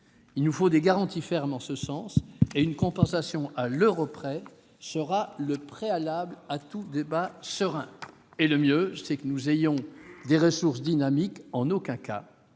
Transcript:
Il nous faut des garanties fermes en ce sens et une compensation à l'euro près sera le préalable à tout débat serein. Le mieux, c'est que nous ayons des ressources dynamiques, et en aucun cas